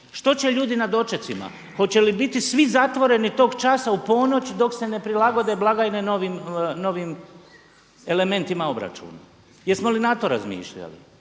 Što će ljudi na dočecima, hoće li biti svi zatvoreni tog časa u ponoć dok se ne prilagode blagajne novim elementima obračuna. Jesmo li na to razmišljali?